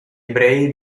ebrei